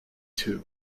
two